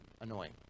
annoying